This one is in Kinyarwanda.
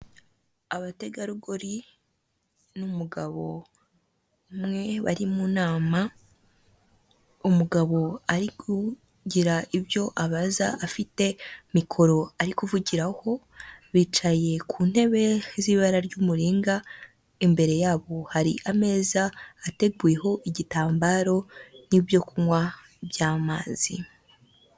Abategarugori n'umugabo umwe bari mu nama, umugabo ari kugira ibyo abaza afite mikoro ari kuvugiraho. Bicaye ku ntebe z'ibara ry'umuringa, imbere yabo hari ameza ateguweho igitambaro n'ibyo kunywa by'amazi.